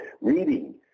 reading